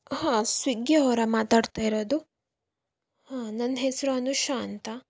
ಹಾಂ ಸ್ವಿಗ್ಗಿ ಅವರಾ ಮಾತಾಡ್ತಾ ಇರೋದು ಹಾಂ ನನ್ನ ಹೆಸರು ಅನುಷಾ ಅಂತ